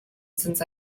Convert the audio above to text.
since